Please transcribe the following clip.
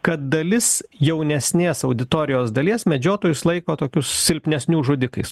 kad dalis jaunesnės auditorijos dalies medžiotojus laiko tokius silpnesnių žudikais